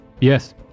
Yes